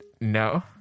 no